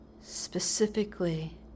specifically